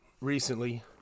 recently